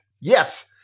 Yes